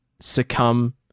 succumb